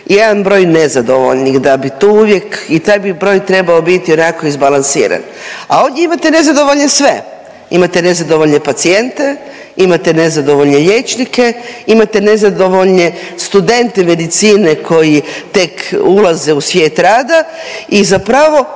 jedan broj nezadovoljnih, da bi to uvijek i taj bi broj trebao biti onako izbalansiran, a ovdje imate nezadovoljne sve. Imate nezadovoljne pacijente, imate nezadovoljne liječnike, imate nezadovoljne studente medicine koji tek ulaze u svijet rada. I zapravo